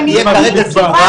אם הוועדה תהיה כרגע סגורה